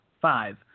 five